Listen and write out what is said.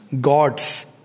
gods